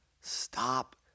Stop